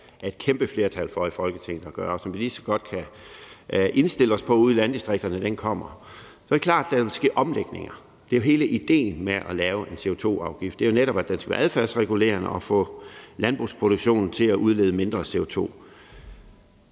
er et kæmpe flertal for i Folketinget at gøre – vi kan lige så godt indstille os ude i landdistrikterne på, at den kommer – vil der ske omlægninger. Det er jo hele idéen med at lave en CO2-afgift. Det er jo netop, at den skal være adfærdsregulerende og få landbrugsproduktionen til at udlede mindre CO2.